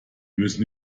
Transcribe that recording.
müssen